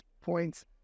points